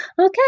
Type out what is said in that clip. Okay